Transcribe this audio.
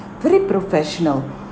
pretty professional